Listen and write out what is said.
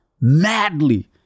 madly